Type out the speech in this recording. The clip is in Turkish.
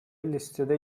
listede